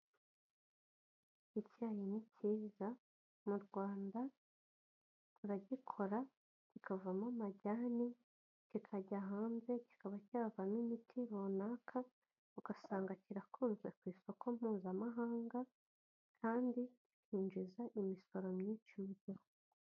Icyayi ni cyiza, mu Rwanda turagikora kikavamo amajyani, kikajya hanze kikaba cyavamo imiti runaka, ugasanga kirakunzwe ku isoko Mpuzamahanga kandi kinjiza imisoro myinshi mu gihugu.